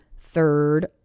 Third